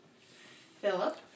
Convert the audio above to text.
Philip